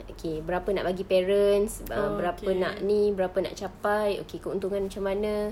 okay berapa nak bagi parents ah berapa nak ini berapa nak capai okay keuntungan macam mana